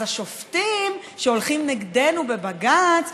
אז השופטים שהולכים נגדנו בבג"ץ,